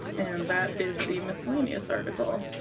and that is the miscellaneous article.